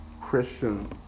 Christian